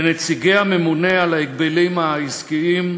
לנציגי הממונה על ההגבלים העסקים,